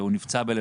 הוא נפצע בלבנון.